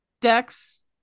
dex